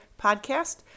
Podcast